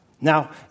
Now